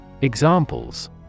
Examples